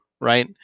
right